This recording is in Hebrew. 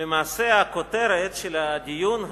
למעשה הכותרת של הדיון הזה,